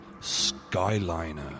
Skyliner